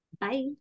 Bye